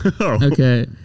Okay